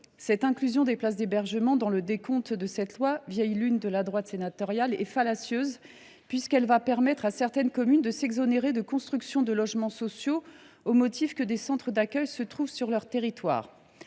telle inclusion des places d’hébergement dans le décompte de la loi SRU, vieille lune de la droite sénatoriale, est fallacieuse, puisqu’elle va permettre à certaines communes de s’exonérer de la construction de logements sociaux au motif que des centres d’accueil se trouvent sur leur territoire.